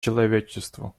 человечеству